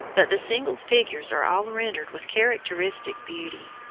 but the single figures are all rendered with characteristic beauty.